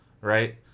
Right